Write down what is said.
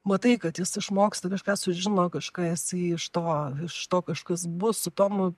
matai kad jis išmoksta kažką sužino kažką jisai iš to iš to kažkas bus su tomu